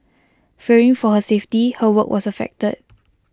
fearing for her safety her work was affected